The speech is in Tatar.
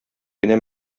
кенә